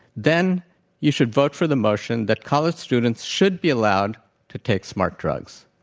then you should vote for the motion that college students should be allowed to take smart drugs.